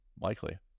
Likely